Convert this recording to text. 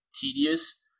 tedious